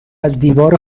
ازدیوار